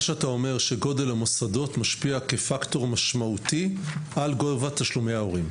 אתה אומר שגודל המוסדות משפיע כפקטור משמעותי על גובה תשלומי ההורים.